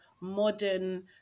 modern